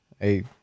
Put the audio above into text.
Hey